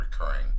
recurring